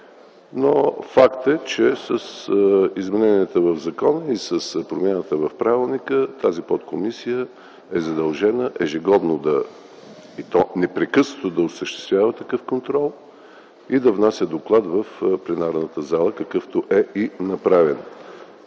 но факт е, че с измененията в закона и с промените в правилника тази подкомисия е задължена ежегодно, и то непрекъснато, да осъществява такъв контрол и да внася доклад в пленарната зала, какъвто е и направен.